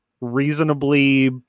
reasonably